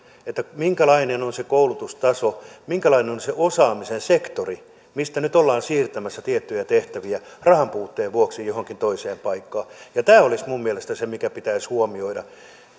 että huomioidaan minkälainen on se koulutustaso minkälainen on se osaamisen sektori mistä nyt ollaan siirtämässä tiettyjä tehtäviä rahanpuutteen vuoksi johonkin toiseen paikkaan tämä olisi minun mielestäni se mikä pitäisi huomioida